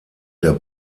der